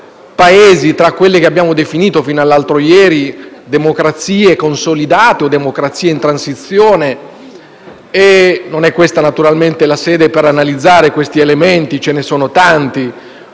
Paesi, tra quelle che abbiamo definito fino all'altro ieri democrazie consolidate o democrazie in transizione. Non è questa naturalmente la sede per analizzare questi elementi. Ce ne sono tanti: